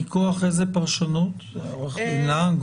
מכוח איזה פרשנות או מנהג?